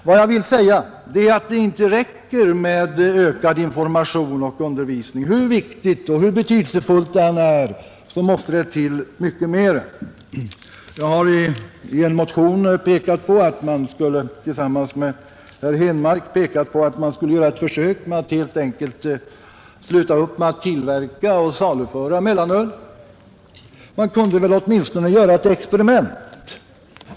Vad jag vill säga är att det inte räcker med ökad information och undervisning. Hur viktigt och betydelsefullt det än är måste det mera till. Likson herr Henmark har jag i en motion pekat på att man skulle göra ett försök med att sluta upp att tillverka och saluföra mellanöl. Man kunde åtminstone göra ett experiment.